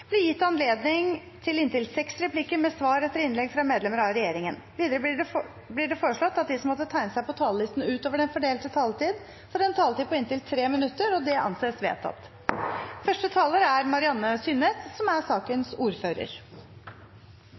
blir gitt anledning til inntil seks replikker med svar etter innlegg fra medlemmer av regjeringen. Videre blir det foreslått at de som måtte tegne seg på talerlisten utover den fordelte taletid, får en taletid på inntil 3 minutter. – Det anses vedtatt.